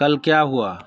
कल क्या हुआ